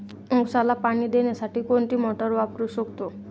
उसाला पाणी देण्यासाठी कोणती मोटार वापरू शकतो?